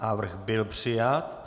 Návrh byl přijat.